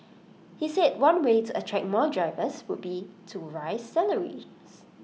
he said one way to attract more drivers would be to raise salaries